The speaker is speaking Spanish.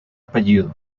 apellido